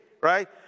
Right